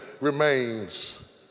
remains